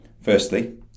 Firstly